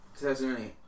2008